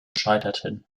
scheiterten